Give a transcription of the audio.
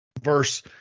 verse